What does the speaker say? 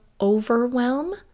overwhelm